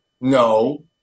No